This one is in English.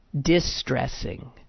distressing